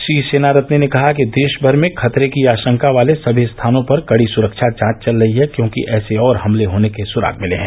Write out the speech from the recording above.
श्री सेनारत्ने ने कहा कि देशभर में खतरे की आशंका वाले सभी स्थानों पर कड़ी सुरक्षा जांच चल रही है क्योंकि ऐसे और हमले होने के सुराग मिले हैं